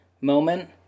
moment